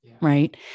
Right